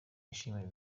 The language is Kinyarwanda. yishimiye